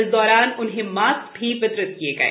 इस दौरान उन्हें मास्क भी वितरित किए गए